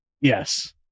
Yes